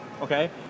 Okay